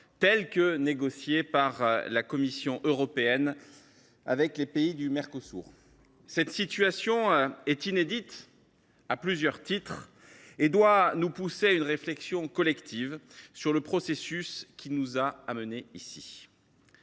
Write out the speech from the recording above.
l’accord négocié par la Commission européenne avec les pays du Mercosur. Cette situation est inédite à plusieurs titres et doit nous pousser à une réflexion collective sur le processus qui nous y a amenés.